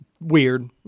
weird